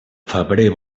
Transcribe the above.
febrer